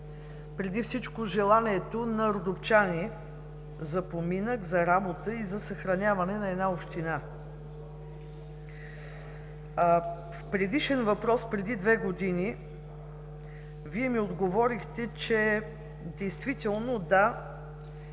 преди всичко с желанието на родопчани за поминък, за работа и за съхраняване на една община. В предишен въпрос преди две години Вие ми отговорихте, че действително, да,